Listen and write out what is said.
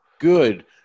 good